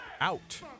out